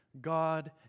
God